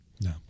No